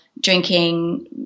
drinking